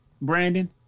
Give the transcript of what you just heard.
Brandon